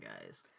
guys